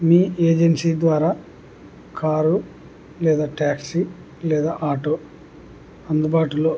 మీ agency ద్వారా car లేదా taxi లేదా ఆటో అందుబాటులో